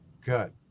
Good